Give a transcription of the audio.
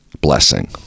blessing